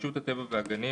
רשות הטבע והגנים,